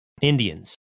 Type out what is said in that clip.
Indians